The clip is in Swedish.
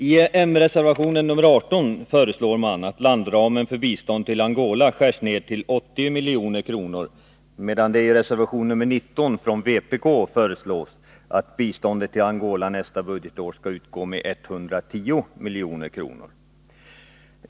I m-reservationen nr 18 föreslås att landramen för bistånd till Angola skärs ned till 80 milj.kr., medan det i vpk-reservationen nr 19 föreslås att det svenska biståndet till Angola nästa budgetår skall utgå med 110 milj.kr.